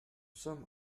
sommes